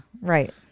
Right